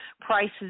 prices